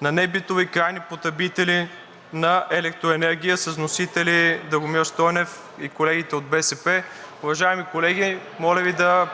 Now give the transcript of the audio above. на небитовите крайни клиенти на електроенергия с вносители Драгомир Стойнев и колегите от БСП. Уважаеми колеги, моля Ви да